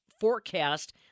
forecast